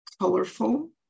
colorful